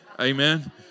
amen